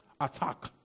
attack